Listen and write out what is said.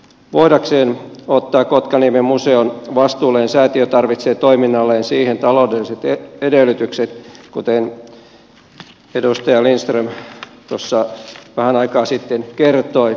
voidakseen ottaa kotkaniemen museon vastuulleen säätiö tarvitsee toiminnalleen taloudelliset edellytykset kuten edustaja lindström tuossa vähän aikaa sitten kertoi